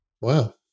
Wow